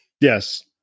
Yes